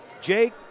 Jake